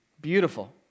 Beautiful